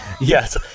yes